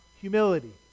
humility